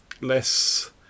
less